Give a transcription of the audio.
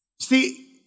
See